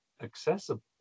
accessible